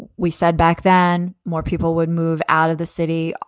we said back then more people would move out of the city,